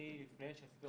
גם אני בוגרת מכללה.